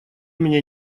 меня